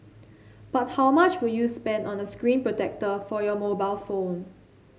but how much would you spend on a screen protector for your mobile phone